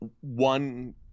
one